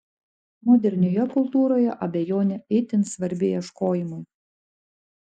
modernioje kultūroje abejonė itin svarbi ieškojimui